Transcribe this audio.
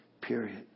Period